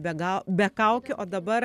bega be kaukių o dabar